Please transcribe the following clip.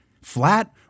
flat